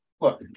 look